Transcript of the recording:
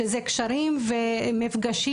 שזה קשרים ומפגשים,